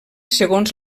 segons